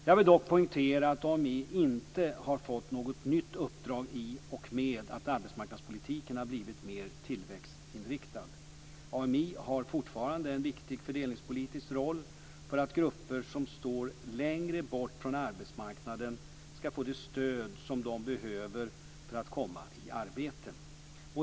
Jag vill dock poängtera att AMI inte har fått något nytt uppdrag i och med att arbetsmarknadspolitiken har blivit mer tillväxtinriktad. AMI har fortfarande en viktig fördelningspolitisk roll för att grupper som står längre bort från arbetsmarknaden ska få det stöd som de behöver för att komma i arbete.